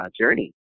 journey